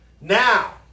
now